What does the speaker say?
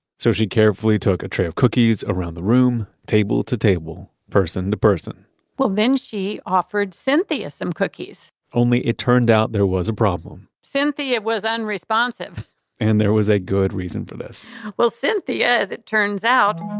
so she carefully took a tray of cookies around the room, table to table, person to person well, then she offered cynthia some cookies only it turned out there was a problem cynthia was unresponsive and there was a good reason for it well, cynthia, as it turns out,